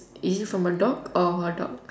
is it from a dog or hotdog